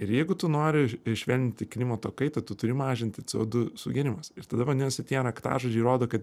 ir jeigu tu nori švelninti klimato kaitą tu turi mažinti cėo du sugėrimas ir tada vadinasi tie raktažodžiai rodo kad